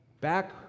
Back